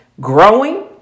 growing